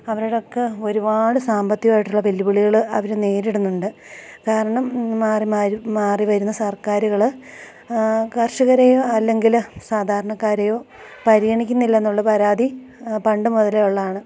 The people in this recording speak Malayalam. അവരുടെയൊക്കെ ഒരുപാട് സാമ്പത്തികമായിട്ടുള്ള വെല്ലുവിളികൾ അവർ നേരിടുന്നുണ്ട് കാരണം മാറി മാര് മാറി വരുന്ന സർക്കാരുകൾ കർഷകരെയോ അല്ലെങ്കിൽ സാധാരണക്കാരെയോ പരിഗണിക്കുന്നില്ലയെന്നുള്ള പരാതി പണ്ട് മുതലേ ഉള്ളതാണ്